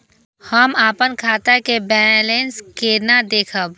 हम अपन खाता के बैलेंस केना देखब?